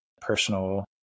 personal